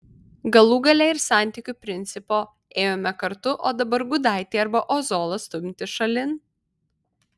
galų gale ir santykių principo ėjome kartu o dabar gudaitį arba ozolą stumti šalin